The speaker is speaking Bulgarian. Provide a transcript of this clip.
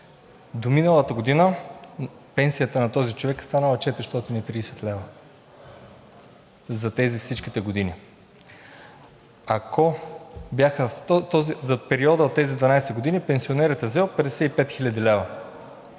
До миналата година пенсията на този човек е станала 430 лв. за тези всичките години. За периода от тези 12 години пенсионерът е взел 55 хил. лв.